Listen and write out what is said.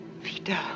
Vita